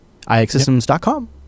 ixsystems.com